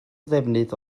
ddefnydd